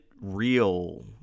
real